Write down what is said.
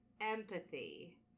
empathy